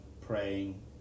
praying